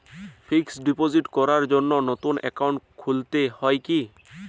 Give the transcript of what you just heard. Fix deposit করার জন্য নতুন অ্যাকাউন্ট খুলতে হয় কী?